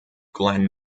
glenn